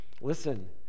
Listen